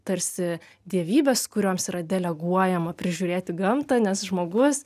tarsi dievybes kurioms yra deleguojama prižiūrėti gamtą nes žmogus